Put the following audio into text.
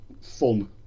fun